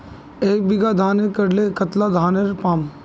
एक बीघा धानेर करले कतला धानेर पाम?